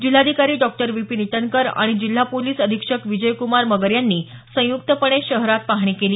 जिल्हाधिकारी डॉक्टर विपीन इटनकर आणि जिल्हा पोलिस अधीक्षक विजयक्रमार मगर यांनी संयुक्तपणे शहरात पाहणी केली